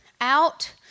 out